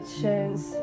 chance